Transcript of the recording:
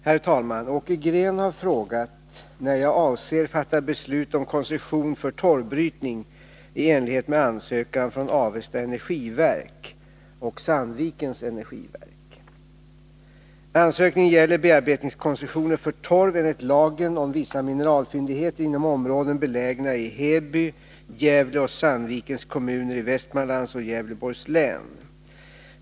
Herr talman! Åke Green har frågat när jag avser fatta beslut om koncession för torvbrytning i enlighet med ansökan från Avesta energiverk och Sandvikens energiverk. Ansökningen gäller bearbetningskoncessioner för torv enligt lagen om vissa mineralfyndigheter inom områden belägna i Heby, Gävle och Sandvikens kommuner i Västmanlands och Gävleborgs län.